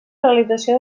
realització